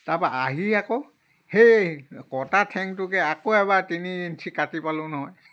তাপা আহি আকৌ সেই কটা ঠেংটোকে আকৌ এবাৰ তিনি ইঞ্চি কাটি পালোঁ নহয়